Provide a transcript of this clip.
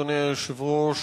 אדוני היושב-ראש,